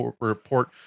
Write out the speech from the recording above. report